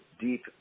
deep